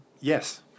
Yes